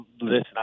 listen